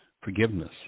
forgiveness